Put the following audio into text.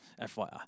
FYI